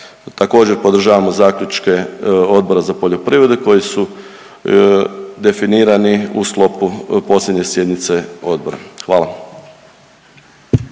Također podržavamo zaključke Odbora za poljoprivredu koji su definirani u sklopu posljednje sjednice odbora. Hvala.